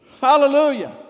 Hallelujah